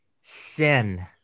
sin